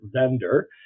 vendor